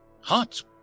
Hot